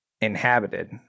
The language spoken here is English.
inhabited